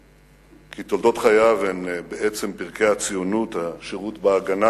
כי תולדות חייו הן בעצם פרקי הציונות: השירות ב"הגנה"